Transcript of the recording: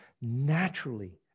naturally